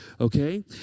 Okay